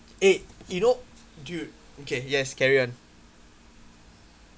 eh you know dude okay yes carry on